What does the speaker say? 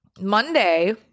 Monday